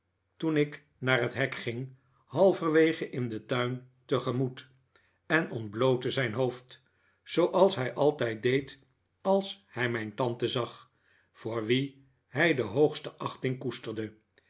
toen ik naar het nek ging halverwege in den tuin tegemoet en ontblootte zijn hoofd zooals hij altijd deed als hij mijn tante zag voor wie hij de hoogste achting koesterde